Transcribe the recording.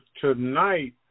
Tonight